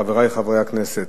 חברי חברי הכנסת,